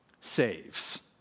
saves